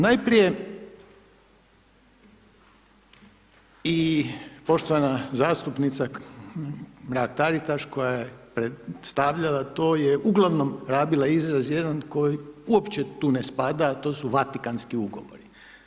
Najprije, i poštovana zastupnica Mrak Taritaš, koja je predstavljala to, je uglavnom rabila izraz jedan koji uopće tu ne spada a to su Vatikanski ugovori.